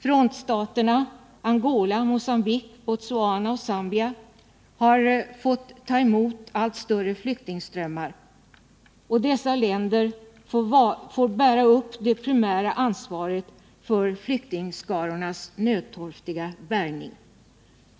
Frontstaterna Angola, Mogambique, Botswana och Zambia har fått ta emot allt större flyktingströmmar, och dessa länder får bära det primära ansvaret för flyktingskarornas nödtorftiga bärgning.